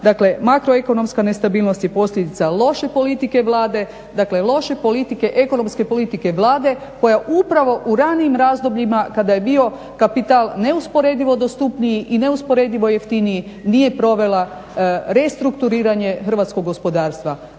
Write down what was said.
dakle makroekonomska nestabilnost je posljedica loše politike Vlade, dakle loše ekonomske politike Vlade koja upravo u ranijim razdobljima kada je bio kapital neusporedivo dostupniji i neusporedivo jeftiniji nije provela restrukturiranje hrvatskog gospodarstva.